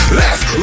left